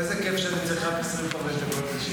איזה כיף שאני צריך רק 25 דקות להישאר,